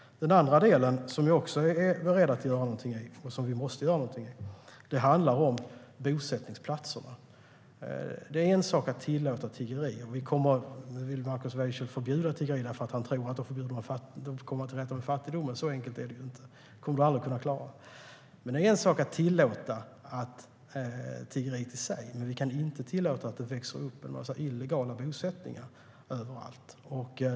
Den andra del där jag är beredd att göra något och där vi måste göra något är bosättningsplatserna. Det är en sak att tillåta tiggeri. Markus Wiechel vill förbjuda tiggeri, för han tror att man då kan komma till rätta med fattigdomen. Så enkelt är det inte; det kan man aldrig klara. Det är en sak att tillåta tiggeriet i sig, men vi kan inte tillåta att det växer upp en massa illegala bosättningar överallt.